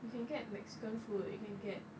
you can get mexican food you can get